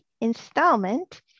installment